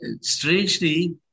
strangely